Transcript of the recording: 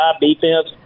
defense